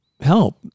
help